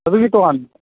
ꯑꯗꯨꯒꯤ ꯇꯣꯉꯥꯟ